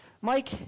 Mike